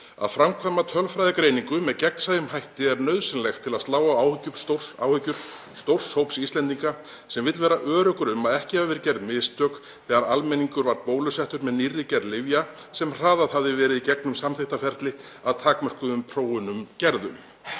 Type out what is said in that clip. „Að framkvæma tölfræðigreiningu með gegnsæjum hætti er nauðsynlegt til að slá á áhyggjur stórs hóps Íslendinga sem vill vera öruggur um að ekki hafi verið gerð mistök þegar almenningur var bólusettur með nýrri gerð lyfja sem hraðað hafði verið í gegnum samþykktarferli að takmörkuðum prófunum gerðum.“